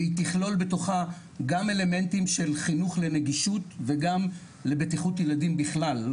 והיא תכלול בתוכה גם אלמנטים של חינוך לנגישות וגם לבטיחות ילדים בכלל,